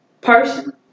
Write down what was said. person